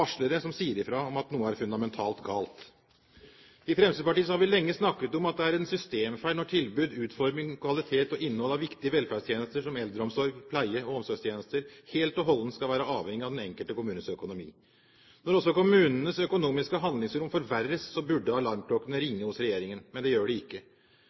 som sier fra om at noe er fundamentalt galt. I Fremskrittspartiet har vi lenge snakket om at det er en systemfeil når tilbud, utforming, kvalitet og innhold i viktige velferdstjenester som eldreomsorg, pleie og omsorgstjenester helt og holdent skal være avhengig av den enkelte kommunes økonomi. Når også kommunenes økonomiske handlingsrom forverres, burde alarmklokkene ringe hos regjeringen, men det gjør de ikke.